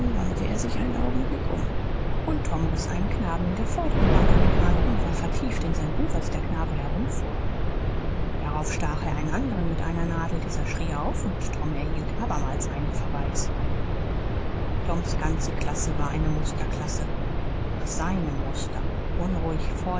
wandte er sich einen augenblick um und tom riß einen knaben in der vorderen bank an den haaren und war vertieft in sein buch als der knabe herumfuhr darauf stach er einen anderen mit einer nadel dieser schrie auf und tom erhielt abermals einen verweis toms ganze klasse war eine musterklasse nach seinem muster unruhig